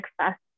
success